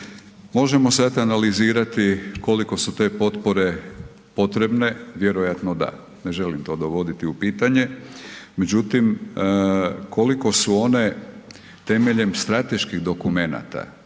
Možemo sad analizirati koliko su te potpore potrebne, vjerojatno da, ne želim to dovoditi u pitanje međutim, koliko su one temeljem strateških dokumenata,